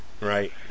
Right